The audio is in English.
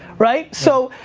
right? so,